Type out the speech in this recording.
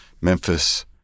Memphis